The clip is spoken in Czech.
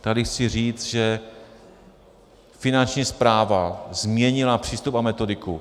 Tady chci říct, že Finanční správa změnila přístup a metodiku.